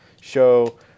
show